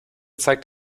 zeigt